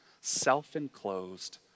self-enclosed